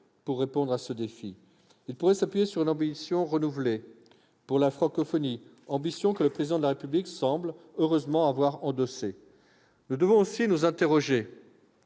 pour répondre à ce défi. Il pourrait s'appuyer sur une ambition renouvelée pour la francophonie, ambition que le Président de la République semble, heureusement, avoir endossée. Nous devons aussi nous interroger